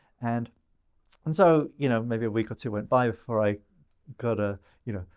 and and so, you know, maybe a week or two went by before i got, ah you know,